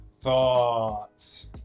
Thoughts